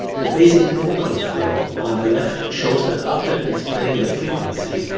the basic program flow on the left shows that after displaying the frequency,